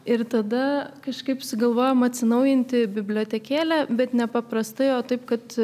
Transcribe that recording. ir tada kažkaip sugalvojom atsinaujinti bibliotekėlę bet nepaprastai o taip kad